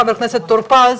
חה"כ טור פז,